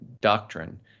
doctrine